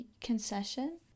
Concession